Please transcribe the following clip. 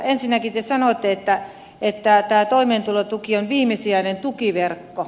ensinnäkin te sanoitte että tämä toimeentulotuki on viimesijainen tukiverkko